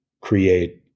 create